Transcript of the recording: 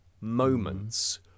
moments